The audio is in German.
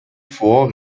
vor